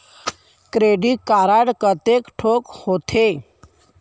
Credit card कतेक ठोक होथे?